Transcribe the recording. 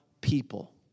people